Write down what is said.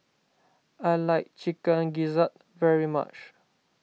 I like Chicken Gizzard very much